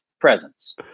presence